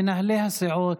מנהלי הסיעות.